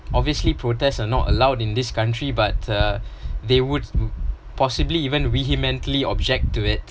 obviously protest are not allowed in this country but uh they would possibly even vehemently object to it